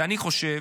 ואני חושב,